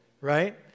right